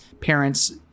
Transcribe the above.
parents